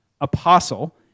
apostle